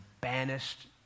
banished